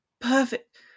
perfect